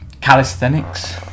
calisthenics